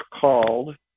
called